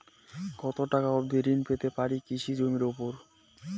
কত টাকা অবধি ঋণ পেতে পারি কৃষি জমির উপর?